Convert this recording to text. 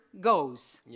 goes